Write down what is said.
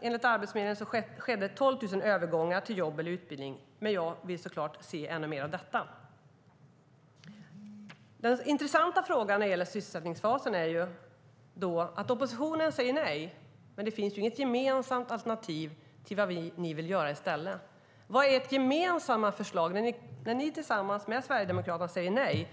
Enligt Arbetsförmedlingen skedde förra året 12 000 övergångar till jobb eller utbildning. Jag vill se ännu mer av detta. Den intressanta frågan när det gäller sysselsättningsfasen är att oppositionen säger nej. Men det finns inget gemensamt alternativ till vad ni vill göra i stället. Vad är ert gemensamma förslag när ni tillsammans med Sverigedemokraterna säger nej?